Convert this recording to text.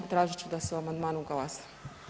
Tražit ću da se o amandmanu glasa.